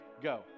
go